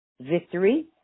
victory